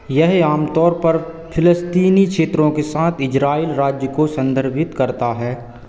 यह आम तौर पर फिलिस्तीनी क्षेत्रों के साथ इज़राइल राज्य को संदर्भित करता है